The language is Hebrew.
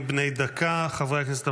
הרשימה הערבית המאוחדת): 6 דבי ביטון (יש עתיד): 7